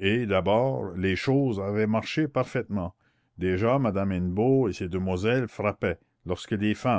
et d'abord les choses avaient marché parfaitement déjà madame hennebeau et ces demoiselles frappaient lorsque des femmes